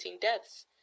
deaths